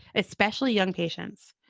especially young patients,